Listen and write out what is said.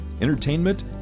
entertainment